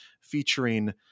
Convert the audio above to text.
featuring